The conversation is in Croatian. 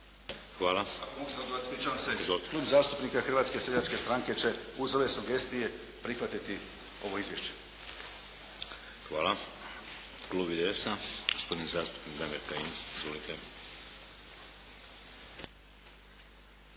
se. klub zastupnika Hrvatske seljačke stranke će uz ove sugestije prihvatiti ovo izvješće. **Šeks, Vladimir (HDZ)** Hvala. Klub IDS-a, gospodin zastupnik Damir Kajin.